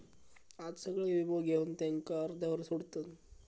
आज सगळे वीमो घेवन त्याका अर्ध्यावर सोडतत